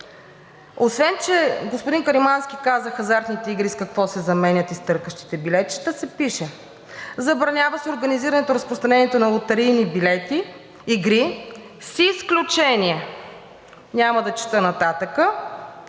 Освен че господин Каримански каза хазартните игри с какво се заменят и с търкащите билетчета се пише: „Забранява се организирането, разпространението на лотарийни билети, игри с изключение – няма да чета нататък